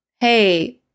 hey